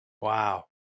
Wow